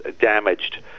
damaged